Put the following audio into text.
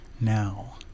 now